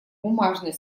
бумажный